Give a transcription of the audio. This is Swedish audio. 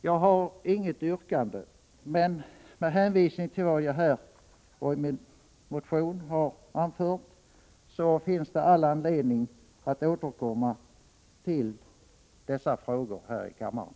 Jag har inget yrkande, men med hänvisning till vad jag här och i min motion anfört finns det all anledning att återkomma till dessa frågor här i kammaren.